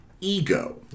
Ego